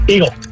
Eagle